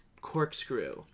corkscrew